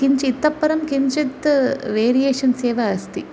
किं च इतःपरं किञ्चित् वेरियेषन्स् एव अस्ति